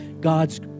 God's